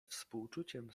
współczuciem